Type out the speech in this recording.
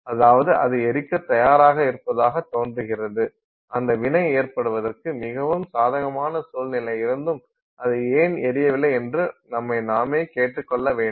அதாவது அது எரிக்கத் தயாராக இருப்பதாகத் தோன்றுகிறது அந்த வினை ஏற்படுவதற்கு மிகவும் சாதகமான சூழ்நிலை இருந்தும் அது ஏன் எரியவில்லை என்று நம்மை நாமே கேட்டுக்கொள்ள வேண்டும்